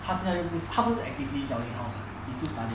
他现在又不是他不是 actively selling the house [what] he still studying